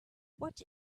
what